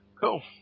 cool